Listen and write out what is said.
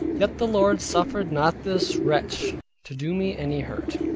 yet the lord suffered not this wretch to do me any hurt.